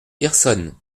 hirson